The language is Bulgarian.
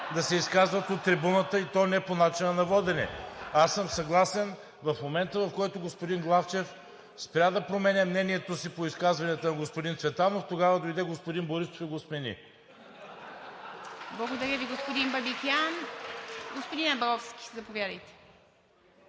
да се изказват от трибуната, и то не по начина на водене. Аз съм съгласен в момента, в който господин Главчев спря да променя мнението си по изказванията на господин Цветанов, тогава дойде господин Борисов и го смени. ПРЕДСЕДАТЕЛ ИВА МИТЕВА: Благодаря Ви, господин Бабикян. Господин Абровски, заповядайте.